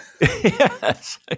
Yes